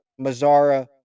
Mazzara